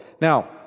Now